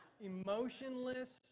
Emotionless